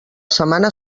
setmana